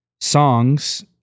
songs